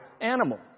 animal